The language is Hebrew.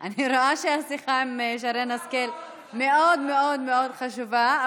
אני רואה שהשיחה עם שרן השכל מאוד מאוד מאוד חשובה,